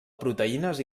proteïnes